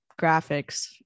graphics